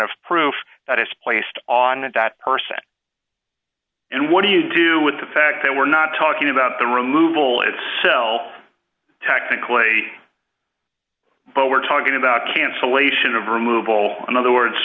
of proof that is placed on and that person and what do you do with the fact that we're not talking about the removal itself technically but we're talking about cancellation of removal in other words